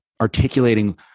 articulating